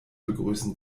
begrüßen